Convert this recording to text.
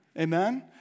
Amen